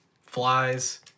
flies